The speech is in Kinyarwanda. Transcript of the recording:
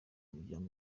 umuryango